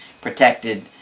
protected